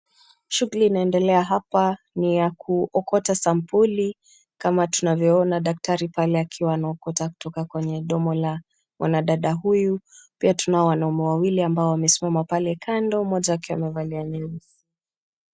Shughuli inayoenda hapa ni ya kuokota sampuli kama tunavyoona daktari pale akiwa anaokota kutoka kwenye mdomo la mwanadada huyu, pia tunao wanaume wawili ambao wamesimama pale kando mmoja akiwa amevalia miwani.